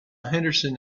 henderson